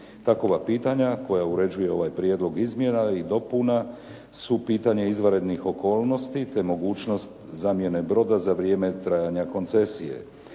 Takova pitanja koja uređuje ovaj prijedlog izmjena i dopuna su pitanje izvanrednih okolnosti te mogućnost zamjene broda za vrijeme trajanja koncesije.